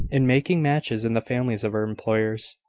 in making matches in the families of her employers.